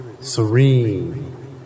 serene